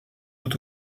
tout